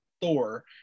thor